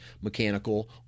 mechanical